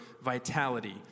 vitality